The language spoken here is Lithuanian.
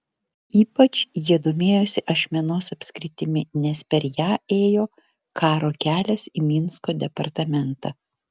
ypač jie domėjosi ašmenos apskritimi nes per ją ėjo karo kelias į minsko departamentą